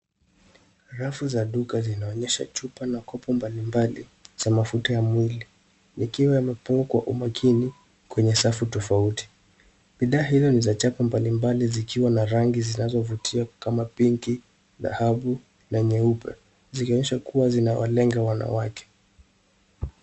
Rafu za duka zinaonyesha chupa na kopo mbalimbali za mafuta ya mwili yakiwa yamepangwa kwa umakini kwenye safu tofauti. Bidhaa hizo ni za chapa mbalimbali zikiwa na rangi zinazovutia kama pinki, dhahabu na nyeupe zikionyesha kuwa zinawalenga wanawake.